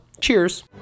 Cheers